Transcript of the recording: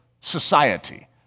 society